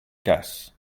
guess